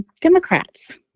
Democrats